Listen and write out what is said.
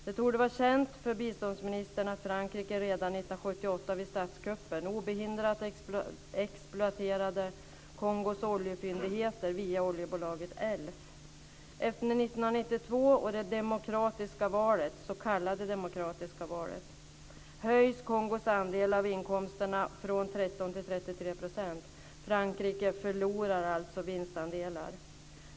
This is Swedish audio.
Det torde vara känt för biståndsministern att Frankrike redan vid statskuppen 1978 obehindrat exploaterade Kongos oljefyndigheter via oljebolaget Frankrike förlorar alltså vinstandelar.